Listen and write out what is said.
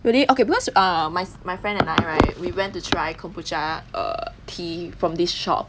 really okay because err my my friend and I we went to try kombucha err tea from this shop